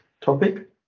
topic